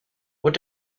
what